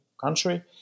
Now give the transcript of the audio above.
country